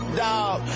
dog